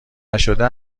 نشده